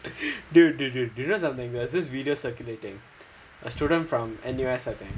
dude dude dude do you know something there was this video circulating a student from N_U_S I think